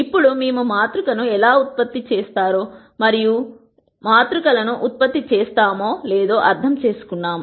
ఇప్పుడు మేము మాతృ కను ఎలా ఉత్పత్తి చేస్తారో మరియు ఎందుకు మాత్రికలను ఉత్పత్తి చేస్తామో అర్థం చేసుకున్నాము